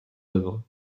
œuvres